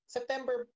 September